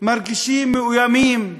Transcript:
מרגישים מאוימים.